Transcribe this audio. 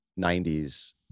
90s